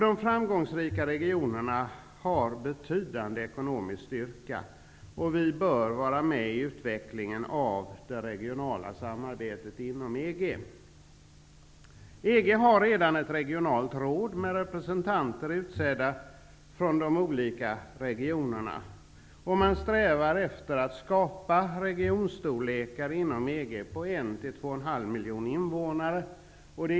De framgångsrika regionerna har betydande ekonomisk styrka. Vi bör vara med i utvecklingen av det regionala samarbetet inom EG. EG har redan ett regionalt råd med representanter från de olika regionerna. Man strävar efter att skapa regioner inom EG med 1 till 2,5 miljoner invånare.